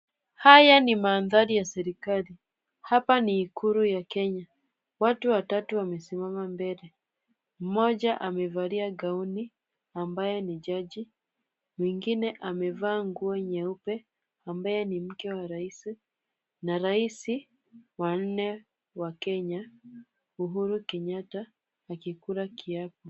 Haya ni mandhari ya serikali. Hapa ni ikulu ya Kenya. Watu watatu wamesimama mbele. Mmoja amevalia gauni ambaye ni jaji, mwingine amevaa nguo nyeupe, ambaye ni mke wa rais na rais wa nne wa Kenya, Uhuru Kenyatta, akikula kiapo.